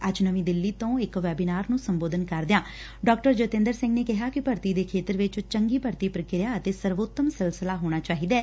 ਅੱਜ ਨਵੀਂ ਦਿੱਲੀ ਤੋਂ ਇਕ ਵੈਬੀਨਾਰ ਨੂੰ ਸੰਬੋਧਨ ਕਰਦਿਆਂ ਡਾ ਜਤਿੰਦਰ ਸਿੰਘ ਨੇ ਕਿਹਾ ਕਿ ਭਰਤੀ ਦੇ ਖੇਤਰ ਵਿਚ ਚੰਗੀ ਭਰਤੀ ਪ੍ਰਕਿਰਿਆ ਅਤੇ ਸਰਵੋਤਮ ਸਿਲਸਿਲਾ ਹੋਣਾ ਚਾਹੀਦੈ